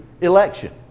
Election